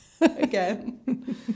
again